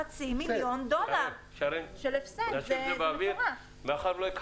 שרן, נשאיר את זה באוויר.